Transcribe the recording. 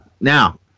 now